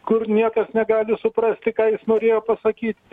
kur niekas negali suprasti ką jis norėjo pasakyt